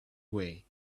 way